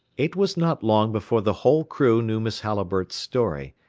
it was not long before the whole crew knew miss halliburtt's story,